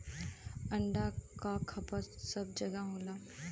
अंडा क खपत सब जगह होला